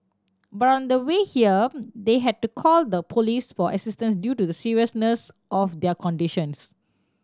but on the way here they had to call the police for assistance due to the seriousness of their conditions